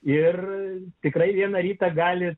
ir tikrai vieną rytą gali